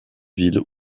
ville